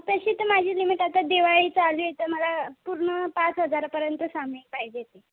आत्ताशी तर माझी लिमिट आता दिवाळी चालू आहे तर मला पूर्ण पाच हजारापर्यंत सामान पाहिजे होते